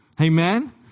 amen